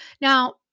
Now